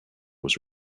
was